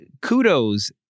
kudos